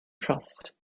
trust